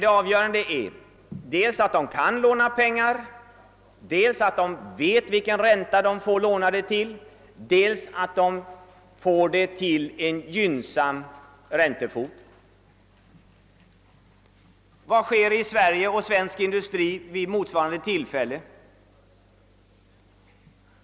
Det avgörande är emellertid att varven dels får låna pengar, dels vet vilken ränta de får låna till, dels får låna till en gynnsam räntesats. Vad sker för en svensk industri i motsvarande situation?